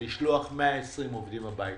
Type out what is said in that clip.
לשלוח 120 עובדים הביתה.